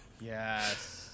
Yes